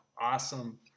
Awesome